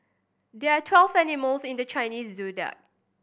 there are twelve animals in the Chinese Zodiac